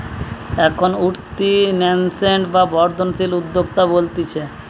এখন উঠতি ন্যাসেন্ট বা বর্ধনশীল উদ্যোক্তা বলতিছে